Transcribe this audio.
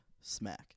smack